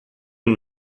and